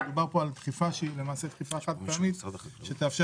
מדובר פה על דחיפה חד-פעמית שתאפשר